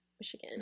Michigan